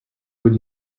would